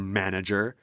manager